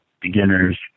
beginners